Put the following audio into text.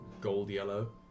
gold-yellow